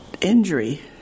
injury